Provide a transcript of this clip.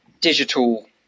digital